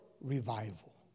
revival